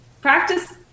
Practice